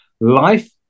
life